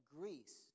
Greece